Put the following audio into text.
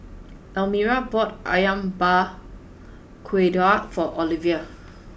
Almira bought Ayam Buah Keluak for Ovila